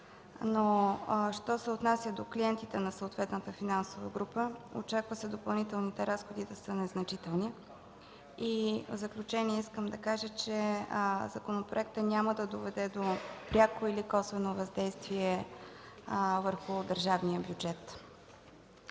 Но що се отнася до клиентите на съответната финансова група, очаква се допълнителните разходи да са незначителни. В заключение искам да кажа, че законопроектът няма да доведе до пряко или косвено въздействие върху държавния бюджет.